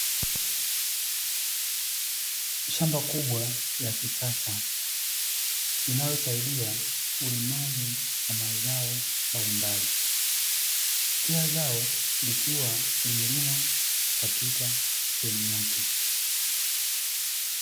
Shamba kubwa la kisasa linalosaidia ulimaji wa mazao mbalimbali, kila zao likiwa limelimwa katika seemu yake.